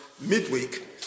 midweek